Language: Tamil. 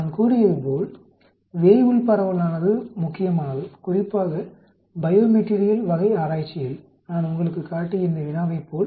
நான் கூறியதுபோல் வேய்புல் பரவலானது முக்கியமானது குறிப்பாக பையோமெட்டீரியல் வகை ஆராய்ச்சியில் நான் உங்களுக்குக் காட்டிய இந்த வினாவைப்போல்